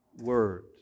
Word